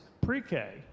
pre-k